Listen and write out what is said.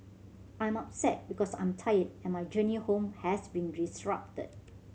I'm upset because I'm tired and my journey home has been disrupted